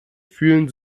fühlen